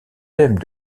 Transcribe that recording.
thème